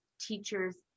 teachers